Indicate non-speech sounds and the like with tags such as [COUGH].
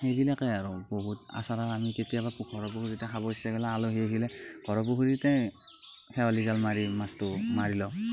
সেইবিলাকেও আৰু বহুত [UNINTELLIGIBLE] আলহী আহিলে ঘৰৰ পুখুৰীতে খেৱালী জাল মাৰি মাছটো মাৰি লওঁ